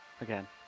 again